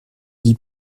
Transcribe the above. dit